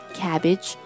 cabbage